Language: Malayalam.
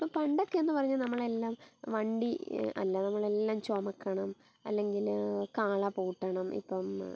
ഇപ്പം പണ്ടക്കേന്ന് പറഞ്ഞാൽ നമ്മളെല്ലാം വണ്ടി അല്ല നമ്മളെല്ലാം ചുമക്കണം അല്ലെങ്കിൽ കാള പൂട്ടണം ഇപ്പം